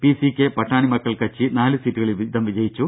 PCK പട്ടാണിമക്കൾ കച്ചി നാലു സീറ്റുകളിൽ വീതം വിജയിച്ചു